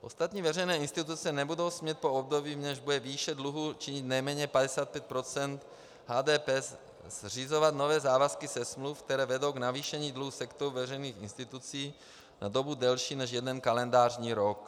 Ostatní veřejné instituce nebudou smět po období, v němž bude výše dluhů činit nejméně 55 % HDP, zřizovat nové závazky ze smluv, které vedou k navýšení dluhu sektoru veřejných institucí na dobu delší než jeden kalendářní rok.